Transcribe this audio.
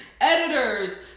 editors